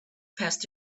passed